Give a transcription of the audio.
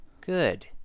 Good